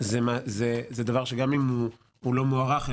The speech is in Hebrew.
זה דבר שגם אם אינו מוארך,